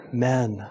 Amen